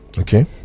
Okay